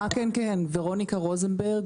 עו"ד ורוניקה רוזנברג,